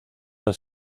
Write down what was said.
han